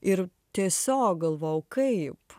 ir tiesiog galvojau kaip